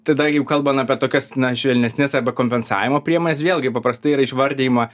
tada jau kalbant apie tokias na švelnesnes arba kompensavimo priemones vėlgi paprastai yra išvardijama